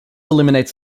eliminates